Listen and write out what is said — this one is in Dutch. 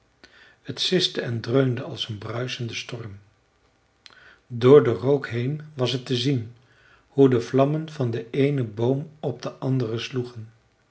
het siste en dreunde als een bruisende storm door den rook heen was het te zien hoe de vlammen van den eenen boom op den anderen sloegen